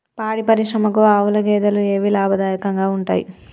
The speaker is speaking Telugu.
పాడి పరిశ్రమకు ఆవుల, గేదెల ఏవి లాభదాయకంగా ఉంటయ్?